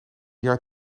jaar